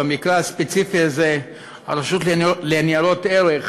במקרה הספציפי הזה הרשות לניירות ערך,